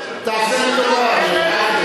ונוסיף לזה גם את חוק טל,